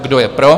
Kdo je pro?